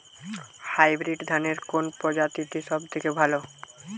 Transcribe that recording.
Hybrid ধানের কোন প্রজীতিটি সবথেকে ভালো?